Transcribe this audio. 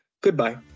Goodbye